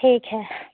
ठीक है